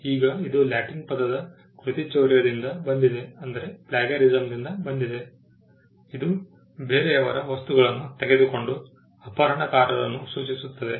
ಈಗ ಇದು ಲ್ಯಾಟಿನ್ ಪದದ ಕೃತಿಚೌರ್ಯದಿಂದ ಬಂದಿದೆ ಇದು ಬೇರೆಯವರ ವಸ್ತುಗಳನ್ನು ತೆಗೆದುಕೊಂಡ ಅಪಹರಣಕಾರರನ್ನು ಸೂಚಿಸುತ್ತದೆ